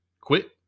quit